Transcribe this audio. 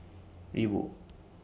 Reebok